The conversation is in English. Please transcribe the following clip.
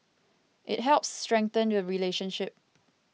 it helps strengthen the relationship